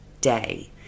day